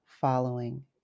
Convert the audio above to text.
following